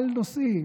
על נושאים,